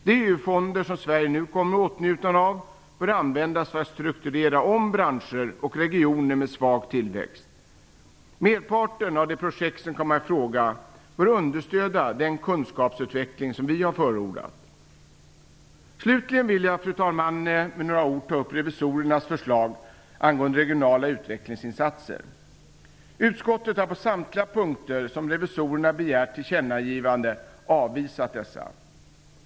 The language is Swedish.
De EU-fonder som Sverige nu kommer i åtnjutande av bör användas för att strukturera om branscher och regioner med svag tillväxt. Merparten av de projekt som kan komma i fråga bör understödja den kunskapsutveckling som vi har förordat. Slutligen vill jag, fru talman, med några ord ta upp revisorernas förslag angående regionala utvecklingsinsatser. Utskottet har på samtliga punkter där revisorerna begärt tillkännagivande avvisat dessa.